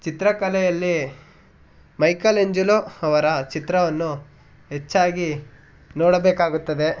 ಚಿತ್ರಕಲೆಯಲ್ಲಿ ಮೈಕಲೆಂಜಲೊ ಅವರ ಚಿತ್ರವನ್ನು ಹೆಚ್ಚಾಗಿ ನೋಡಬೇಕಾಗುತ್ತದೆ